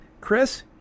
Chris